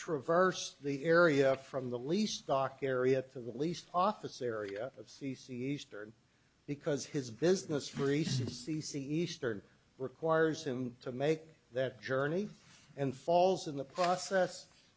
traverse the area from the least stock area to the least office area of c c eastern because his business research c c eastern requires him to make that journey and falls in the process